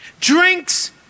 drinks